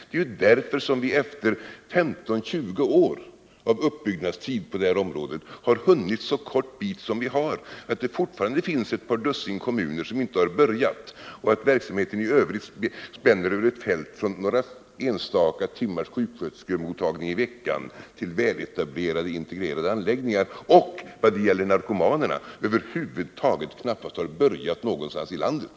Det är därför vi efter 15-20 år av uppbyggnadstid på det här området har hunnit så kort bit som vi har, så att det fortfarande finns ett par dussin kommuner som inte har börjat med verksamheten. Och verksamheten i övrigt spänner över ett fält från några enstaka timmars sjuksköterskemottagning i veckan till väletablerade integrerade anläggningar. Vad gäller narkomanerna har verksamheten över huvud taget knappast börjat någonstans i landet.